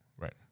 Right